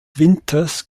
winters